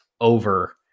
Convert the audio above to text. over